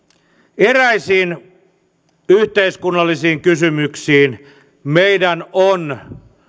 eräisiin yhteiskunnallisiin kysymyksiin meidän on